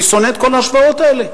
אני שונא את כל ההשוואות האלה,